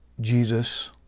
Jesus